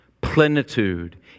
plenitude